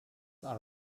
are